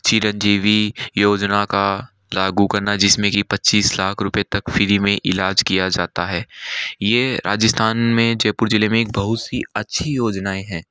चिरंजीवी योजना का लागू करना जिसमें कि पच्चीस लाख रुपए तक फ़्री में इलाज किया जाता है ये राजस्थान में जयपुर जिले में बहुत सी अच्छी योजनाएँ हैं